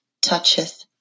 toucheth